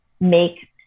make